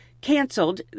Canceled